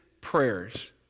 prayers